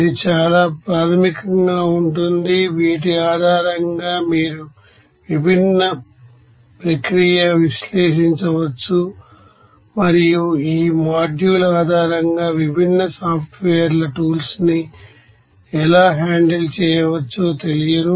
ఇది చాలా ప్రాథమికంగా ఉంటుంది వీటి ఆధారంగా మీరు విభిన్న ప్రక్రియను విశ్లేషించవచ్చు మరియు ఈ మాడ్యూల్ ఆధారంగా విభిన్న సాఫ్ట్ వేర్ ల టూల్స్ ని ఎలా హ్యాండిల్ చేయవచ్చో తెలియును